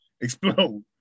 explode